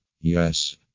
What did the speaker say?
Yes